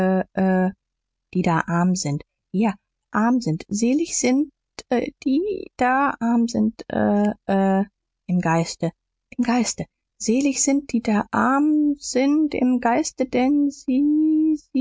die da arm sind ja arm sind selig sind die da arm sind ä ä ä im geiste im geiste selig sind die da arm sind im geiste